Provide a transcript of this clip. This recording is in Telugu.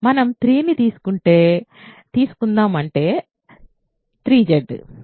మనం 3ని తీసుకుందాం అంటే 3Z